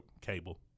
Cable